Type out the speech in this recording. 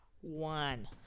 one